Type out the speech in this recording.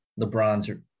LeBron's